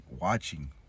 watching